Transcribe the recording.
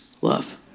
love